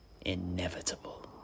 inevitable